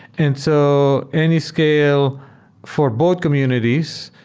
and so anyscale for both communities,